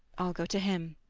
i'll go to him.